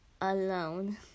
alone